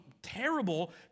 terrible